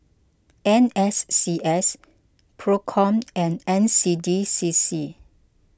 N S C S Procom and N C D C C